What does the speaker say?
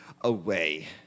away